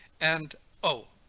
and o!